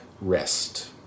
rest